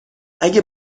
اگه